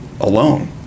alone